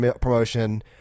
promotion